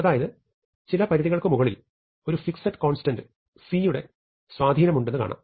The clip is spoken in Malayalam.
അതായത് ചില പരിധികൾക്കുമുകളിൽ ഒരു ഫിക്സഡ് കോൺസ്റ്റന്റ് c യുടെ സ്വാധീനം ഉണ്ടെന്ന് കാണാം